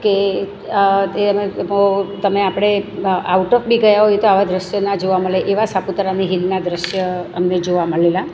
કે તે એમાંય તમેય આપણે આઉટ ઓફ બિ ગયા હોઈએ આવા દૃશ્ય ના જોવા મળે એવા સાપુતારાની હિલના દૃશ્ય અમને જોવા મળેલા